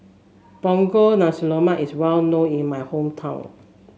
Punggol Nasi Lemak is well known in my hometown